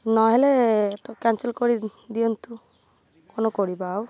ନହେଲେ ତ କ୍ୟାନସଲ୍ କରି ଦିଅନ୍ତୁ କ'ଣ କରିବା ଆଉ